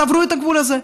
תעברו את הגבול הזה.